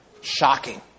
shocking